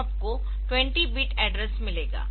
तो आपको 20 bit address मिलेगा